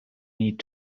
need